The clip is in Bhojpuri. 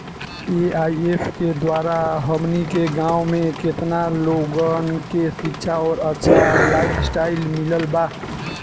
ए.आई.ऐफ के द्वारा हमनी के गांव में केतना लोगन के शिक्षा और अच्छा लाइफस्टाइल मिलल बा